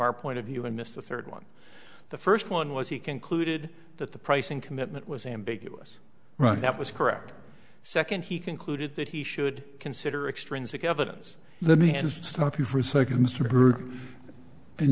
our point of view and missed the third one the first one was he concluded that the pricing commitment was ambiguous right that was correct second he concluded that he should consider extrinsic evidence the me and stop you for a second